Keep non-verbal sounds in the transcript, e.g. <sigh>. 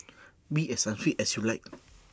<noise> be as unfit as you like <noise>